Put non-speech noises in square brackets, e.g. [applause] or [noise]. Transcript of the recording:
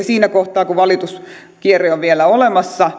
[unintelligible] siinä kohtaa kun valituskierre on vielä olemassa